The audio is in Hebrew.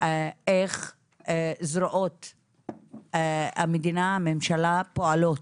איך זרועות המדינה, הממשלה, פועלות.